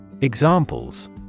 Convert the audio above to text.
Examples